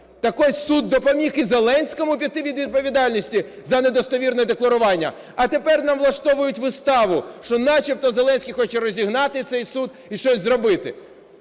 Так ось, суд допоміг і Зеленському піти від відповідальності за недостовірне декларування. А тепер нам влаштовують виставу, що начебто Зеленський хоче розігнати цей суд і щось зробити.